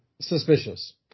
Suspicious